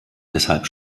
deshalb